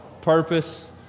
purpose